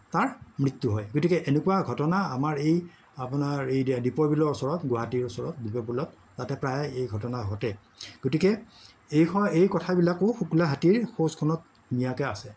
তাৰ মৃত্যু হয় গতিকে এনেকুৱা ঘটনা আমাৰ এই আপোনাৰ এই দ্বীপৰ বিলৰ ওচৰত গুৱাহাটীৰ ওচৰত দ্বীপৰ বিলত তাতে প্ৰায় এই ঘটনা ঘটে গতিকে এই কথাবিলাকো শুকুলা হাতীৰ খোজখনত ধুনীয়াকে আছে